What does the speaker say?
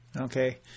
Okay